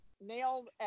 nailed